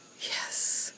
Yes